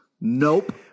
nope